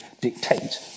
dictate